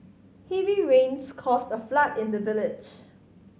heavy rains caused a flood in the village